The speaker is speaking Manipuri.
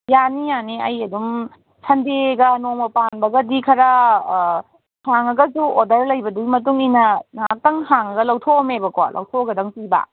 ꯌꯥꯅꯤ ꯌꯥꯅꯤ ꯑꯩ ꯑꯗꯨꯝ ꯁꯟꯗꯦꯒ ꯅꯣꯡꯃ ꯄꯥꯟꯕꯒꯗꯤ ꯈꯔ ꯍꯥꯡꯉꯒꯁꯨ ꯑꯣꯔꯗꯔ ꯂꯩꯕꯗꯨꯏ ꯃꯇꯨꯡ ꯏꯟꯅ ꯉꯥꯛꯇꯪ ꯍꯥꯡꯉꯒ ꯂꯧꯊꯣꯛꯑꯝꯃꯦꯕꯀꯣ ꯂꯧꯊꯣꯛꯑꯒꯗꯪ ꯄꯤꯕ